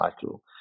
title